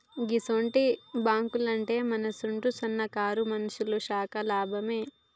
గిసుంటి బాంకులుంటే మనసుంటి సన్నకారు మనుషులకు శాన లాభమే